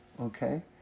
okay